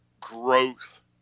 growth